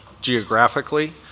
geographically